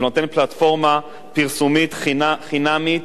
זה נותן פלטפורמה פרסומית חינמית